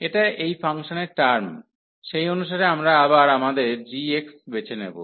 এটা এই ফাংশনের টার্ম সেই অনুসারে আমরা আবার আমাদের g বেছে নেব